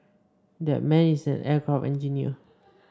that man is an aircraft engineer